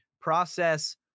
process